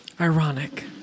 Ironic